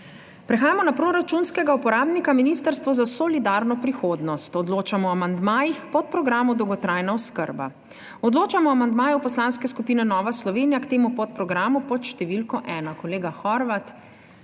Prehajamo na proračunskega uporabnika Ministrstvo za solidarno prihodnost. Odločamo o amandmajih k podprogramu Dolgotrajna oskrba. Odločamo o amandmaju Poslanske skupine Nova Slovenija k temu podprogramu pod številko 1. Kolega Horvat,